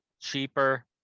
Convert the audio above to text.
cheaper